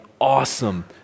awesome